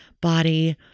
body